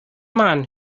man